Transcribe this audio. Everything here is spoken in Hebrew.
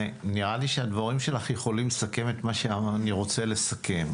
נראה לי שהדברים שלך יכולים לסכם את מה שאני רוצה לסכם.